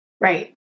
Right